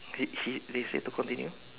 he he they say to continue